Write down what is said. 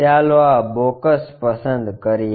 ચાલો આ બોક્સ પસંદ કરીએ